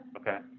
Okay